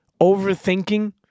Overthinking